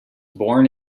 born